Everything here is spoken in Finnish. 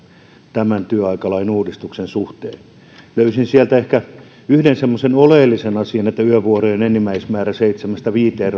tämän työaikalain uudistuksen suhteen löysin sieltä ehkä yhden semmoisen oleellisen asian että yövuorojen enimmäismäärä rajataan seitsemästä viiteen